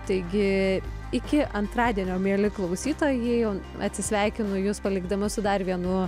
taigi iki antradienio mieli klausytojai jau atsisveikinu jus palikdamas su dar vienu